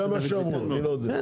זה מה שאמרו, אני לא יודע.